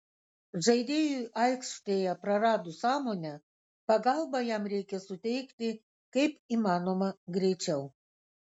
žaidėjui aikštėje praradus sąmonę pagalbą jam reikia suteikti kaip įmanoma greičiau